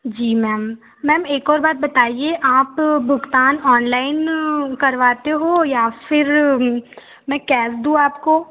जी ma'am ma'am एक और बात बताइए आप भुगतान ऑनलाइन करवाते हो या फिर मैं कैस दूँ आपको